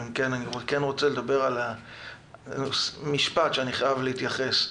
אני כן רוצה לומר משפט ולהתייחס.